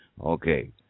Okay